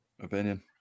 opinion